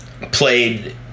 played